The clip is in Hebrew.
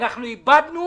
אנחנו איבדנו